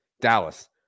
Dallas